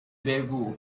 بگو